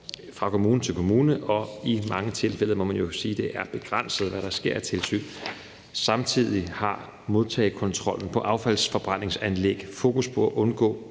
fra kommune til kommune. I mange tilfælde må man jo sige, at det er begrænset, hvad der sker af tilsyn. Samtidig har modtagekontrollen på affaldsforbrændingsanlæg fokus på at undgå